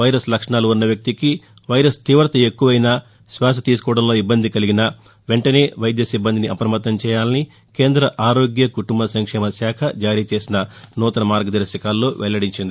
virus లక్షాణాలు ఉన్న వ్యక్తికి వైరస్ తీవత ఎక్కువైనా శ్వాస తీసుకోవడంలో ఇబ్బంది కలిగినా వెంటనే వైద్య సిబ్బందిని అప్పమత్తం చేయాలని కేంద ఆరోగ్య కుటుంబ సంక్షేమ శాఖ జారీచేసిన నూతన మార్గదర్శకాల్లో వెల్లడించింది